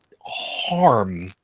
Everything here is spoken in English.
harm